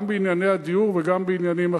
גם בענייני הדיור וגם בעניינים אחרים.